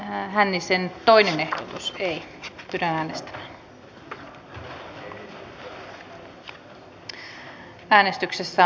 lakiehdotusten toinen käsittely päättyi